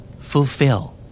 Fulfill